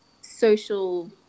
social